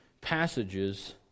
passages